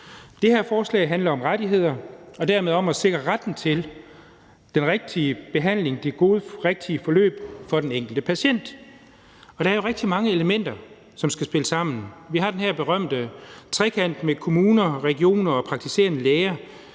Det her forslag handler om rettigheder og dermed om at sikre retten til den rigtige behandling, det gode, rigtige forløb for den enkelte patient, og der er jo rigtig mange elementer, som skal spille sammen. Vi har den her berømte trekant med kommuner, regioner og praktiserende læger,